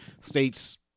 states